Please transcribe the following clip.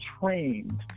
trained